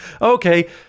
okay